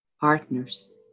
partners